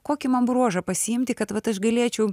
kokį man bruožą pasiimti kad vat aš galėčiau